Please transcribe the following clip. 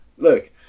Look